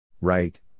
Right